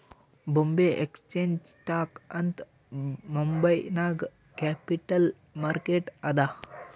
ಬೊಂಬೆ exchange stock ಅಂತ್ ಮುಂಬೈ ನಾಗ್ capital market ಅದಾ